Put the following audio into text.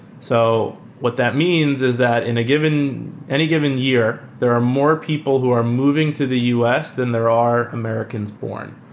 so what that means is that in any given year, there are more people who are moving to the us than there are americans born.